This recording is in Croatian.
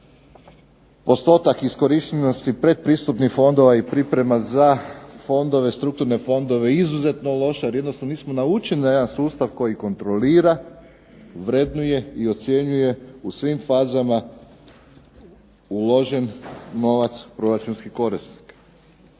postotak iskorištenosti pretpristupnih fondova i priprema za strukturne fondove izuzetno loša jer jednostavno nismo naučeni na jedan sustav koji kontrolira, vrednuje i ocjenjuje u svim fazama uložen novac proračunskih korisnika.